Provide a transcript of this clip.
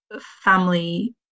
family